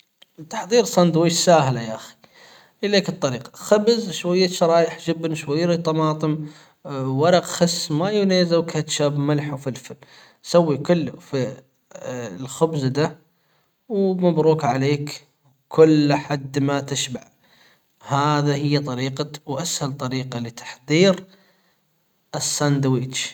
تحضير سندوتش سهلة يا اخي اليك الطريقة خبز شوية شرايح جبنة شوية طماطم ورق خس مايونيز وكاتشب ملح وفلفل سوي كله في الخبز ده ومبروك عليك كل لحد ما تشبع هذا هي طريق واسهل طريقة لتحضير السندويتش.